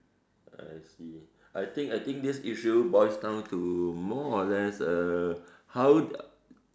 I see I think I think this issue boils down to more or less err how